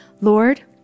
Lord